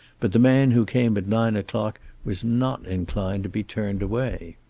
but the man who came at nine o'clock was not inclined to be turned away.